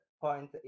point